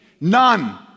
None